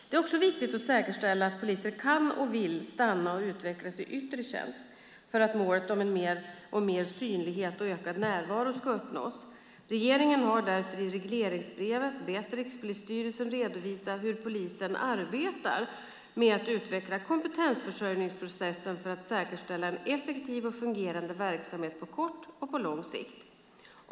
Det är också viktigt att säkerställa att poliser kan och vill stanna och utvecklas i yttre tjänst för att målet om mer synlighet och ökad närvaro ska uppnås. Regeringen har därför i regleringsbrevet bett Rikspolisstyrelsen redovisa hur polisen arbetar med att utveckla kompetensförsörjningsprocessen för att säkerställa en effektiv och fungerande verksamhet på kort och på lång sikt.